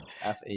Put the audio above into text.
FA